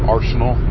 Arsenal